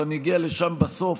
אבל אני אגיע לשם בסוף,